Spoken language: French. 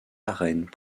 arènes